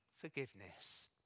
forgiveness